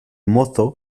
mozo